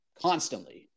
Constantly